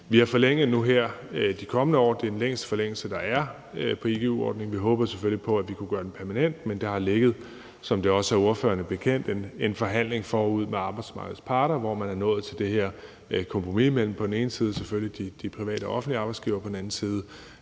Vi har nu forlænget den til de kommende år. Det er den længste forlængelse, der er på igu-ordningen. Vi håbede selvfølgelig på, at vi kunne gøre den permanent, men der har, som det også er ordførerne bekendt, ligget en forhandling med arbejdsmarkedets parter forud for, hvor man er nået til det her kompromis mellem selvfølgelig de private og offentlige arbejdsgivere på den ene side